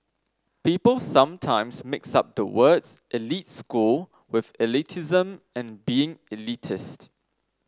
people sometimes mix up the words elite school with elitism and being elitist